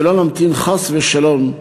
ולא נמתין, חס ושלום,